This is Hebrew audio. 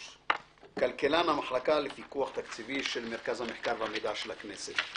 כלכלן המחלקה לפיתוח תקציבי של מרכז המחקר והמידע של הכנסת.